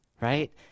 right